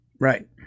Right